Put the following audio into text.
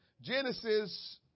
genesis